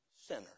sinner